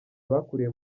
bakuriye